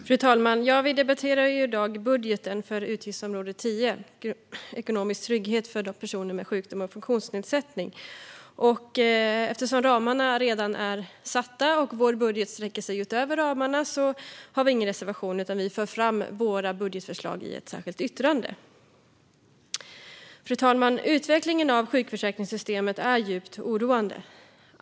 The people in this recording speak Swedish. Fru talman! Vi debatterar i dag budgeten för utgiftsområde 10 Ekonomisk trygghet vid sjukdom och funktionsnedsättning. Eftersom ramarna redan är satta och vår budget sträcker sig över ramarna har vi ingen reservation, utan vi för fram våra budgetförslag i ett särskilt yttrande. Fru talman! Utvecklingen av sjukförsäkringssystemet är djupt oroande.